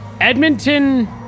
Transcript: Edmonton